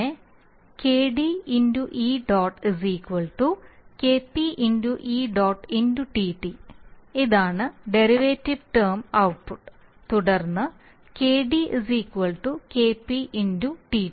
അങ്ങനെ KD ė KP ė TD ഇതാണ് derivative term output തുടർന്ന് KD KP TD